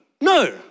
No